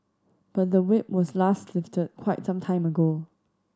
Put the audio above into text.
but the Whip was last lifted quite some time ago